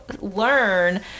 learn